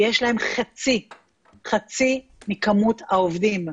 יש להם חצי מכמות העובדים.